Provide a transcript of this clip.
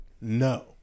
No